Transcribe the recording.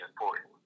important